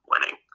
winning